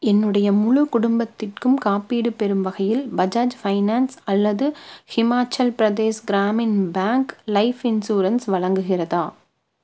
என்னுடைய முழு குடும்பத்திற்கும் காப்பீடு பெறும் வகையில் பஜாஜ் ஃபைனான்ஸ் அல்லது Himachal Pradesh Gramin bank life insurance வழங்குகிறதா